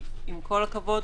עם כל הכבוד,